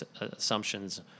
assumptions